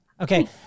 Okay